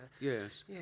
Yes